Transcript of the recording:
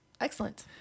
excellent